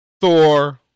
Thor